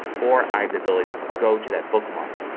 or i have the ability to go to that bookmark.